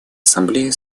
ассамблеи